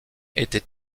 était